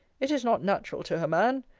it is not natural to her, man.